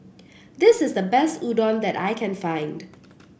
this is the best Udon that I can find